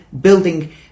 building